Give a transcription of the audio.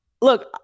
Look